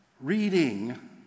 reading